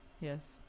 Yes